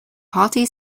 party